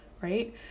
right